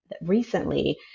recently